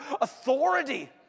authority